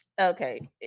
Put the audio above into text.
Okay